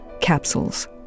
capsules